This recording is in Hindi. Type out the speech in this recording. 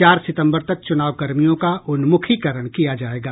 चार सितम्बर तक चुनाव कर्मियों का उन्मुखीकरण किया जायेगा